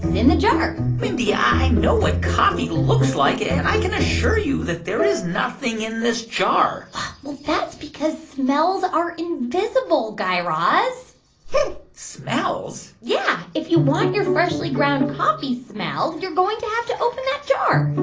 in the jar mindy, i know what coffee looks like, and i can assure you that there is nothing in this jar well, that's because smells are invisible, guy raz smells? yeah. if you want your freshly ground coffee smell, you're going to have to open that jar